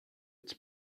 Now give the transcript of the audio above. its